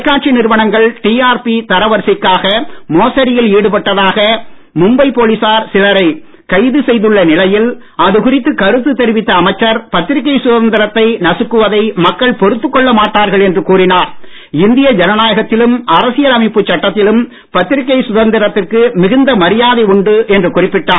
தொலைக்காட்சி நிறுவனங்கள் டிஆர்பி தரவரிசைக்காக மோசடியில் ஈடுபட்டதாக மும்பை போலீசார் சிலரை கைது செய்துள்ளதாக வெளியான செய்திகள் குறித்து கருத்து தெரிவித்த அமைச்சர் பத்திரிகை சுதந்திரத்தை நசுக்குவதை மக்கள் பொறுத்துக்கொள்ள இந்திய ஜனநாயகத்திலும் அரசியல் அமைப்புச் சட்டத்திலும் பத்திரிகை சுதந்திரத்திற்கு மிகுந்த மரியாதை உண்டு என்று குறிப்பிட்டார்